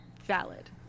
Valid